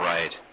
Right